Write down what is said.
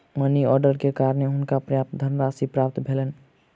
money order के कारणें हुनका पर्याप्त धनराशि प्राप्त भेलैन